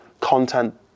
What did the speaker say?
content